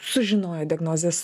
sužinojo diagnozes